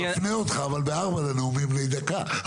אבל אני מפנה אותך ב-16:00, לנאומים בני דקה.